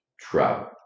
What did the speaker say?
travel